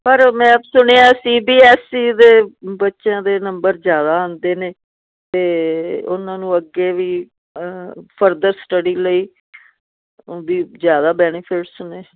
ਪਰ ਮੈਂ ਆਪ ਸੁਣਿਆ ਸੀ ਬੀ ਐਸ ਈ ਦੇ ਬੱਚਿਆਂ ਦੇ ਨੰਬਰ ਜ਼ਿਆਦਾ ਆਉਂਦੇ ਨੇ ਅਤੇ ਉਹਨਾਂ ਨੂੰ ਅੱਗੇ ਵੀ ਫਰਦਰ ਸਟਡੀ ਲਈ ਵੀ ਜ਼ਿਆਦਾ ਬੈਨੀਫਿਟਸ ਨੇ